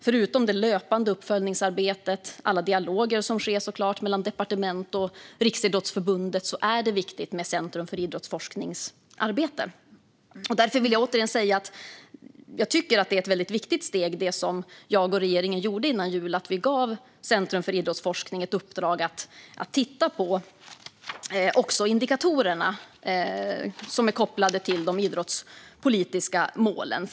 Förutom det löpande uppföljningsarbetet och alla dialoger mellan departement och Riksidrottsförbundet är det arbete som Centrum för idrottsforskning gör viktigt. Därför vill jag återigen säga att jag tycker att det steg som jag och regeringen tog före jul är viktigt. Vi gav då Centrum för idrottsforskning i uppdrag att titta på de indikatorer som är kopplade till de idrottspolitiska målen.